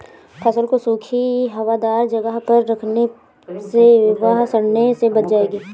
फसल को सूखी, हवादार जगह पर रखने से वह सड़ने से बच जाएगी